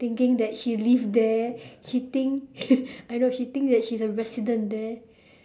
thinking that she live there she think I know she think that she's a resident there